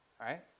Right